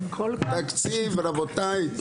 רבותיי.